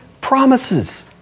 promises